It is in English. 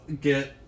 get